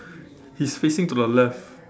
he's facing to the left